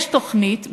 יש תוכנית.